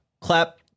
clap